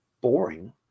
boring